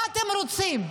מה אתם רוצים?